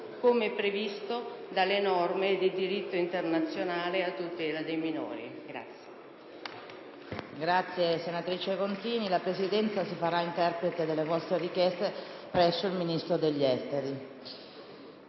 come previsto dalle norme di diritto internazionale a tutela dei minori.